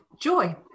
joy